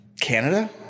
Canada